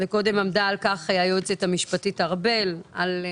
- וקודם עמדה על כך היועצת המשפטית ארבל- יש